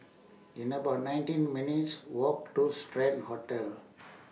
in about nineteen minutes' Walk to Strand Hotel